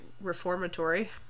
Reformatory